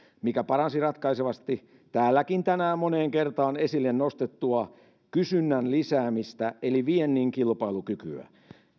mikä paransi ratkaisevasti täälläkin tänään moneen kertaan esille nostettua kysynnän lisäämistä eli viennin kilpailukykyä